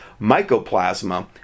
mycoplasma